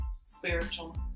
Spiritual